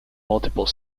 multiple